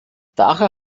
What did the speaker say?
daher